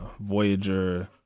Voyager